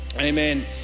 Amen